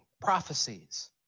prophecies